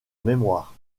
mémoire